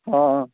ହଁ